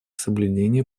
соблюдения